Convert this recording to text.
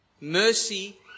Mercy